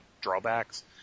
drawbacks